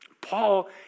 Paul